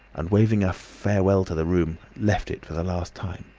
and waving a farewell to the room left it for the last time.